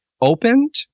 Opened